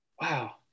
wow